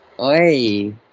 Oi